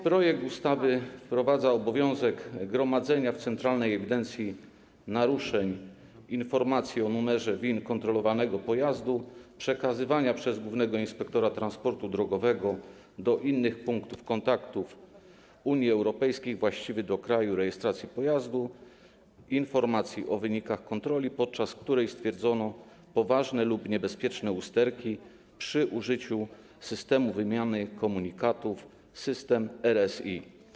Projekt ustawy wprowadza obowiązek gromadzenia w centralnej ewidencji naruszeń informacji o numerze VIN kontrolowanego pojazdu i przekazywania przez głównego inspektora transportu drogowego do innych punktów kontaktowych Unii Europejskiej, właściwych ze względu na kraj rejestracji pojazdu, informacji o wynikach kontroli, podczas której stwierdzono poważne lub niebezpieczne usterki, przy użyciu systemu wymiany komunikatów, systemu RSI.